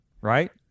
right